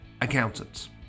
accountants